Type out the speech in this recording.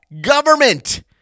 Government